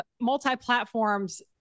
multi-platforms